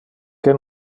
que